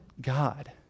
God